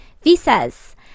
visas